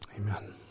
Amen